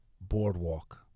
boardwalk